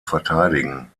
verteidigen